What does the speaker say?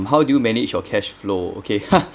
how do you manage your cash flow okay